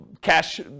cash